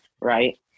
right